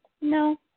no